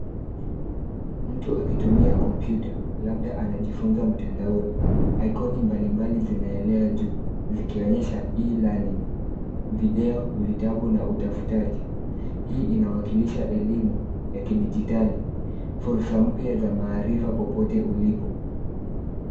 mtu akitumia kompyuta labda anajifunza mtandaoni ikoni mbalimbali zinaelea juu zikionyesha [E-Learning], video, vitabu na utafutaji hii inawakilisha elimu ya kidijitali fursa mpya za maarifa popote ulipo